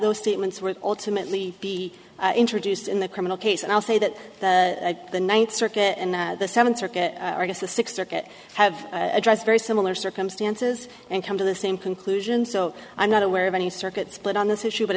those statements were ultimately be introduced in the criminal case and i'll say that the ninth circuit and the seventh circuit the sixth circuit have addressed very similar circumstances and come to the same conclusion so i'm not aware of any circuit split on this issue but